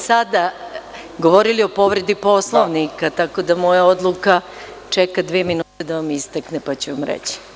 Sada ste govorili o povredi Poslovnika, tako da moja odluka čeka dve minute da vam istekne, pa ću vam reći.